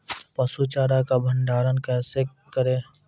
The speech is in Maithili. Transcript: पसु चारा का भंडारण कैसे करें?